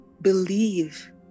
believe